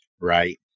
right